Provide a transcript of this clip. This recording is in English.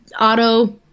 auto